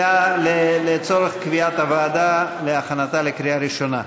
לצורך קביעת הוועדה להכנתה לקריאה ראשונה.